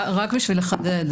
לא צריך להתווכח